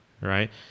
right